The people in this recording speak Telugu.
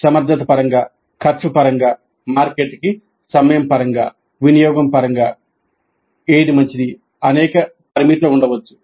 సమర్థత పరంగా ఖర్చు పరంగా మార్కెట్కి సమయం పరంగా వినియోగం పరంగా మంచిది అనేక పారామితులు ఉండవచ్చు